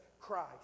Christ